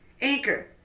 Anchor